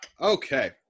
okay